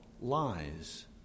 lies